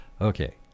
Okay